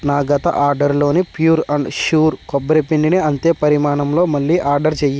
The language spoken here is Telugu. నా గత ఆర్డరులోని ప్యూర్ అండ్ ష్యూర్ కొబ్బరి పిండిని అంతే పరిమాణంలో మళ్ళీ ఆర్డర్ చేయి